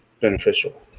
beneficial